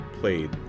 played